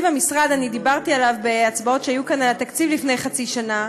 אני דיברתי עליו בהצבעות שהיו כאן על התקציב לפני חצי שנה,